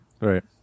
Right